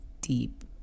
deep